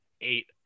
eight